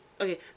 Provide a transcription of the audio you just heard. okay